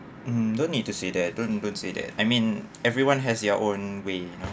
mm don't need to say that don't don't say that I mean everyone has their own way you know